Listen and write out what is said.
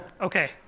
okay